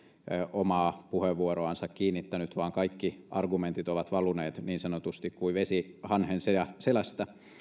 omaa puheenvuoroansa kiinnittänyt vaan kaikki argumentit ovat valuneet niin sanotusti kuin vesi hanhen selästä